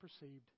perceived